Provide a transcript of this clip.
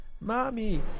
Mommy